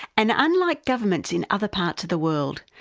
and unlike governments in other parts of the world,